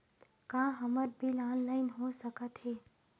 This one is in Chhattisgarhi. का हमर बिल ऑनलाइन हो सकत हे?